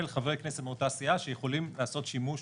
חברי כנסת מאותה סיעה שיכולים לעשות שימוש